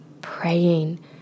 praying